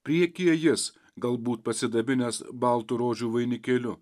priekyje jis galbūt pasidabinęs baltu rožių vainikėliu